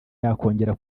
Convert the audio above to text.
yakongera